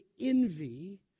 envy